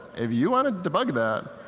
if you want to de-bug that,